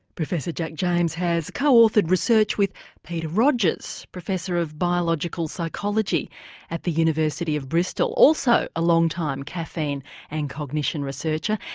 professor jack james has co-authored research with peter rogers, professor of biological psychology at the university of bristol, also a long time caffeine and cognition researcher.